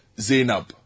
Zainab